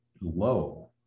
low